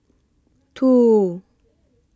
two